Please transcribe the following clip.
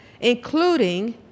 including